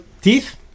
teeth